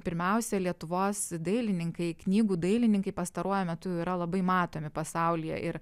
pirmiausia lietuvos dailininkai knygų dailininkai pastaruoju metu yra labai matomi pasaulyje ir